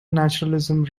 naturalism